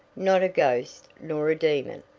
not a ghost nor a demon,